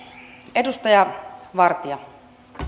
edustaja vartia